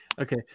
Okay